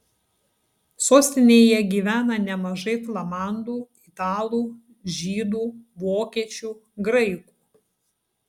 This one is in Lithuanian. sostinėje gyvena nemažai flamandų italų žydų vokiečių graikų